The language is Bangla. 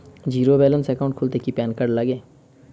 জীরো ব্যালেন্স একাউন্ট খুলতে কি প্যান কার্ড লাগে?